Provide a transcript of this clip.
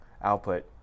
output